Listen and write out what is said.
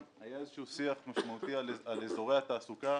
היה איזשהו שיח משמעותי על אזורי התעסוקה